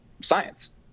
science